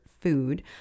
food